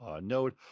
node